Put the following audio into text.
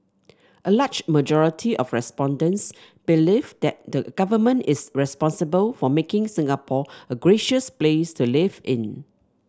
a large majority of respondents believe that the government is responsible for making Singapore a gracious place to live in